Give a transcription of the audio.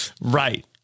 right